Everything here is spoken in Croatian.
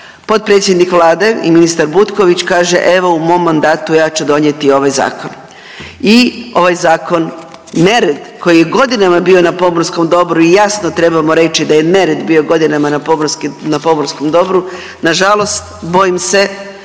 potpredsjednik Vlade i ministar Butković kaže evo u mom mandatu ja ću donijeti ovaj zakon. I ovaj zakon, nered koji je godinama bio na pomorskom dobru i jasno trebamo reći da je nered bio godinama na pomorskim, na pomorskom dobru nažalost bojim se